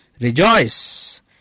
Rejoice